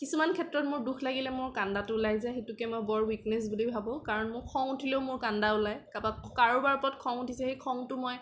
কিছুমান ক্ষেত্ৰত মোৰ দুখ লাগিলে মোৰ কান্দাটো ওলাই যায় সেইটোকে মই বৰ উইকনেছ বুলি ভাৱোঁ কাৰণ মোৰ খং উঠিলেও মোৰ কান্দা ওলায় কাবাক কাৰোবাৰ ওপৰত খং উঠিছে সেই খংটো মই